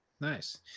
Nice